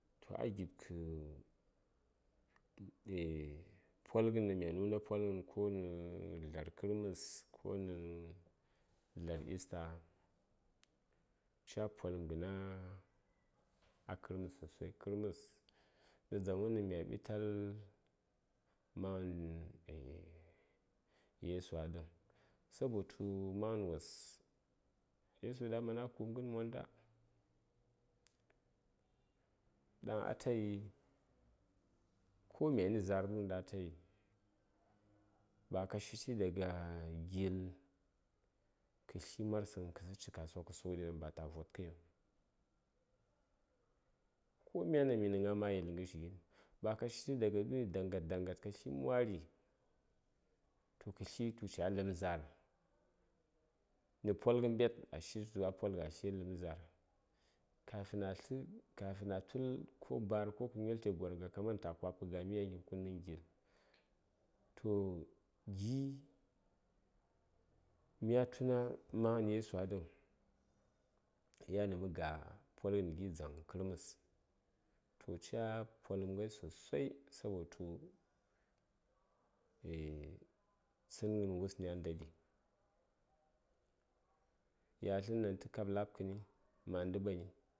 toh a gib kə eah polghən ɗaŋ mya nuna polghən ko nə dlar kərməs ko nə dlar ista ca polum gən kərməs sosai kərməs nə dzaŋ yo ɗaŋ mya ɓital maghən yesu a dəŋ sabotu maghən wos yesu ɗaŋ man a ku;b ghən monda ɗaŋ atayi komyani za;r du;n ɗaŋ atayi ba ka shishi daka gill kə tli marsəŋ kə səŋ ci kasuwa kə sughəɗi ɗaŋ ba ta vod kəŋ ko myani ɗan minə gna ma yel ghəshi gin ba ka shishi daka du;n daŋghad daŋghad kə tli mwari tu kə tli tu ca ləpm za;r nə polghən ɓet tu a polghə a tli nə ləpm za;r kafina tlə kafin a tul ko bar ko kə nyolni ce gwaraŋgah ka man ta kwabkə ga:mi yan kin kun mən gil toh gi; mya tuna maghən yesu a dəŋ yani mə gah polghən gi dzaŋ kərməs toh ca poləm ghai sosai sabotu tsənghən wusnyi a nda ɗi yatlən daŋ tə kab la; bkəni ma; ndə ɓani